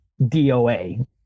DOA